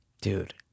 Dude